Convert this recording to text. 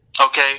Okay